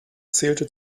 zählte